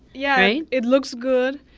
yeah, it looks good.